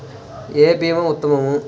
ఏ భీమా ఉత్తమము?